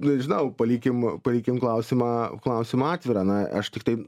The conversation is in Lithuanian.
nežinau palikim palikim klausimą klausimą atvirą na aš tiktai